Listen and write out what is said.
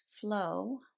flow